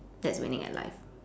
that's winning in life